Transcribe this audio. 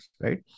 right